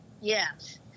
Yes